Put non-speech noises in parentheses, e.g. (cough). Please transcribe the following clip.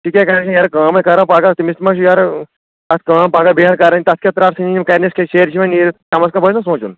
تہِ کیٛاہ کَران چھِ یارٕ کٲم ہَے کَرو پَگاہ تٔمِس تہِ ما چھُ یارٕ تَتھ کٲم بیٚیہِ ہَن کرٕنۍ تَتھ کیٛاہ ترٛٹھ ژھٕنہِ یِم کَرِنَس کیٛاہ سیرِ چھِ یِوان نیٖرِتھ کمَس کم (unintelligible) سونٛچُن